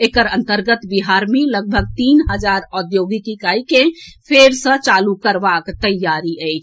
एकर अन्तर्गत बिहार मे लगभग तीन हजार औद्योगिक इकाई के फेर सँ चालू करबाक तैयारी अछि